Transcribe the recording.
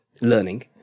learning